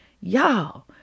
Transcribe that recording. Y'all